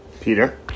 Peter